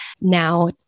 now